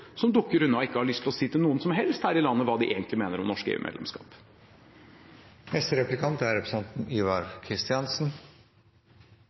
som dukker unna og ikke har lyst til å si til noen som helst her i landet hva de egentlig mener om norsk EU-medlemskap. SVs representant svarer systematisk uklart på det helt avgjørende spørsmål som representanten